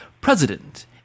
president